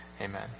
Amen